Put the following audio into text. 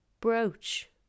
brooch